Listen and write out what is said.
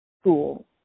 school